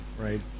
right